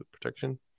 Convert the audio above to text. protection